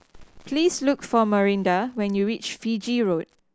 please look for Marinda when you reach Fiji Road